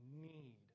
need